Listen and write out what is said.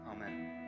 Amen